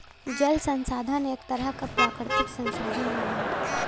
जल संसाधन एक तरह क प्राकृतिक संसाधन होला